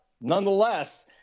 nonetheless